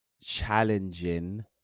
challenging